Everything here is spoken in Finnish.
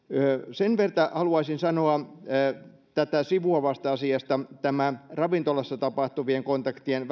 sen verran haluaisin sanoa tätä sivuavasta asiasta että tässä ravintolassa tapahtuvien kontaktien